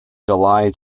july